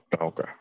okay